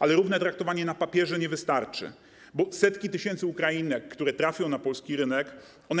Ale równe traktowanie na papierze nie wystarczy, bo setki tysięcy Ukrainek, które trafią na polski rynek,